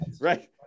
right